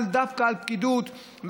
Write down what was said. דווקא על פקידות,